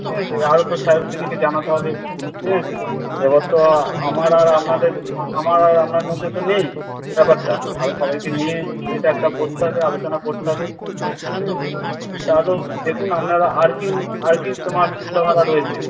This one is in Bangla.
ঠিক আছে আরও তো স্যারদেরকে জানাতে হবে ঠিক আছে এবার তো আমার আর আপনাদের আমার আর আপনার মধ্যে তো নেই ব্যাপারটা আরও সবাইকে নিয়ে এটা একটা বসতে হবে আলোচনা করতে হবে ঠিক আছে তা হলেও দেখুন আপনারা আর কি আর কি তোমার চিন্তাধারা রয়েছে